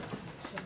בבקשה.